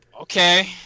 Okay